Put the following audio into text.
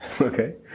Okay